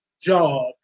job